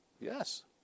Yes